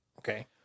Okay